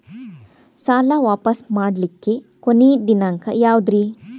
ಸಾಲಾ ವಾಪಸ್ ಮಾಡ್ಲಿಕ್ಕೆ ಕೊನಿ ದಿನಾಂಕ ಯಾವುದ್ರಿ?